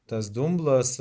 tas dumblas